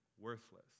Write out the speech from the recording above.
worthless